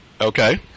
Okay